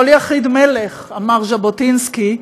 כל יחיד, מלך, אמר ז'בוטינסקי,